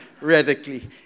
radically